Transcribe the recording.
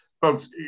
folks